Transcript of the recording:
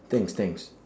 thanks thanks